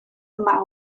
yma